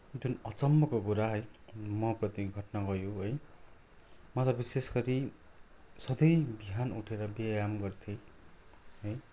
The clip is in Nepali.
जुन अचम्मको कुरा है म प्रति घटना भयो है म त विशेष गरी सधैँ बिहान उठे्र व्ययाम गर्थेँ है